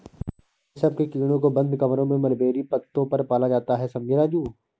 रेशम के कीड़ों को बंद कमरों में मलबेरी पत्तों पर पाला जाता है समझे राजू